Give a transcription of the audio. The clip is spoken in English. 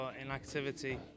inactivity